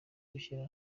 gushyira